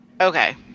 Okay